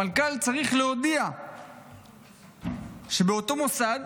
המנכ"ל צריך להודיע שבאותו מוסד